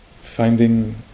finding